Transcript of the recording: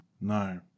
No